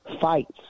fights